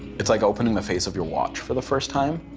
it's like opening the face of your watch for the first time.